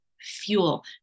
fuel